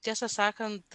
tiesą sakant